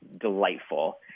delightful